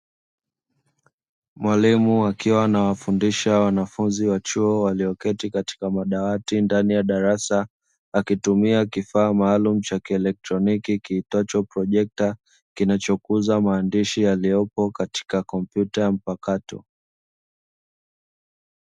Mwalimu akiwa anawafundisha wanafunzi wa chuo walioketi katika madawati ndani ya darasa akitumia kifaa maalumu cha kielotroniki kiitwacho projekta, kinachokuza maandishi yaliyopo katika komputa mpakato.